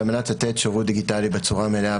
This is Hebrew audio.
שעל מנת לתת שירות דיגיטלי בצורה המלאה